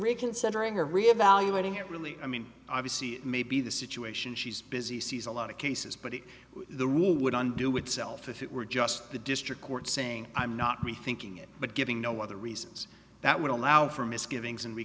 reconsidering her reevaluating it really i mean obviously maybe the situation she's busy sees a lot of cases but if the rule would undo it self if it were just the district court saying i'm not me thinking it but giving no other reasons that would allow for misgivings and